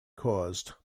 caused